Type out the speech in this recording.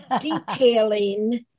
detailing